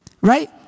right